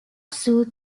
sous